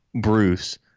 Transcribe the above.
Bruce –